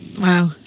Wow